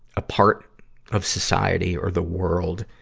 a part of society or the world